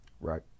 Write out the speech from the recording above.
Right